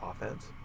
offense